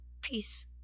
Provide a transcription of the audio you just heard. peace